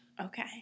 Okay